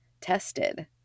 tested